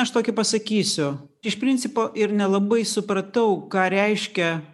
aš tokį pasakysiu iš principo ir nelabai supratau ką reiškia